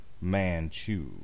Manchu